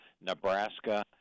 nebraska